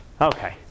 Okay